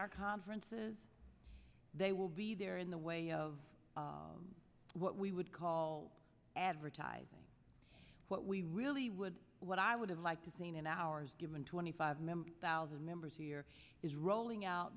our conferences they will be there in the way of what we would call advertising what we really would what i would have liked to seen in ours given twenty five member thousand members here is rolling out